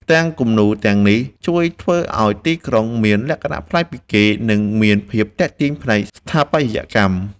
ផ្ទាំងគំនូរទាំងនេះជួយធ្វើឱ្យទីក្រុងមានលក្ខណៈប្លែកពីគេ និងមានភាពទាក់ទាញផ្នែកស្ថាបត្យកម្ម។